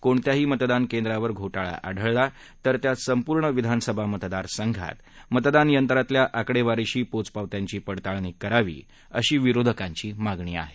कोणत्याही मतदान केंद्रावर घोटाळा आढळला तर त्या संपूर्ण विधानसभा मतदार संघात मतदान यंत्रातल्या आकडेवारीशी पोचपावत्यांची पडताळणी करावी अशी विरोधकांची मागणी आहे